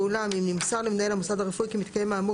ואולם אם נמסר למנהל המוסד הרפואי כי מתקיים האמור